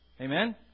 Amen